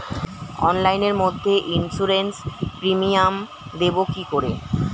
অনলাইনে মধ্যে insurance premium দেবো কি করে?